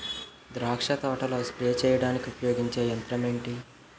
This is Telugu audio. ద్రాక్ష తోటలో స్ప్రే చేయడానికి ఉపయోగించే యంత్రం ఎంటి?